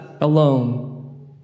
Alone